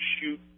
shoot